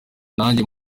nanjye